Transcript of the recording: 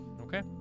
okay